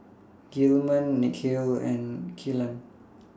Gilman Nikhil and Killian